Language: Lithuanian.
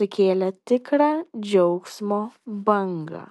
sukėlė tikrą džiaugsmo bangą